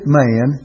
man